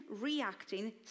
reacting